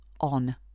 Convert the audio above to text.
on